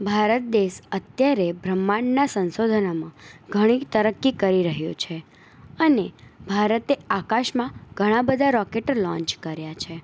ભારત દેશ અત્યારે બ્રહ્માંડનાં સંશોધનોમાં ઘણી તરક્કી કરી રહ્યો છે અને ભારતે આકાશમાં ઘણાં બધા રોકેટો લોન્ચ કર્યાં છે